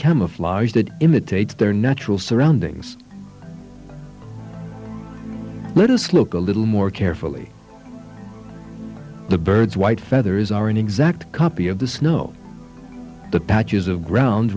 camouflage that imitates their natural surroundings let us look a little more carefully the birds white feathers are an exact copy of the snow the patches of ground